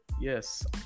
Yes